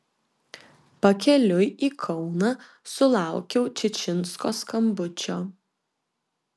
pakeliui į kauną sulaukiau čičinsko skambučio